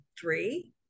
three